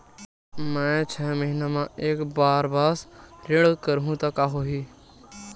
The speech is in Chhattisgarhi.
मैं छै महीना म एक बार बस ऋण करहु त का होही?